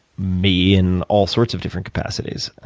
me in all sorts of different capacities.